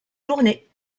journée